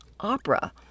opera